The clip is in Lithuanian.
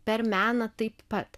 per meną taip pat